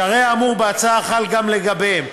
שהרי האמור בהצעה חל גם לגביהן,